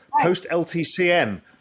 post-LTCM